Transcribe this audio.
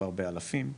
מדובר באלפים,